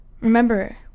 Remember